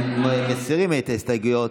הם מסירים את ההסתייגויות